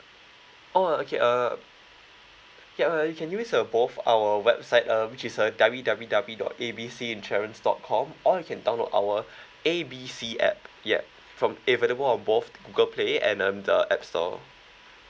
oh okay uh okay uh you can use uh both our website uh which is uh W W W dot A B C insurance dot com or can download our A B C app yup from available on both Google play and um the app store